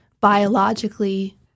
biologically